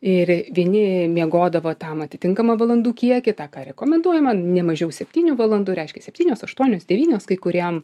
ir vieni miegodavo tam atitinkamą valandų kiekį tą ką rekomenduojama ne mažiau septynių valandų reiškia septynios aštuonios devynios kai kuriem